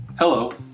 Hello